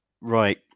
right